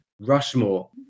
Rushmore